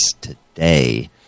today